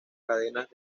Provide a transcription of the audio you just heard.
cadenas